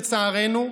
לצערנו,